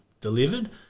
delivered